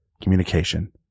communication